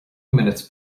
minutes